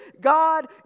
God